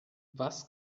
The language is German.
was